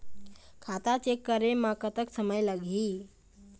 खाता चेक करे म कतक समय लगही?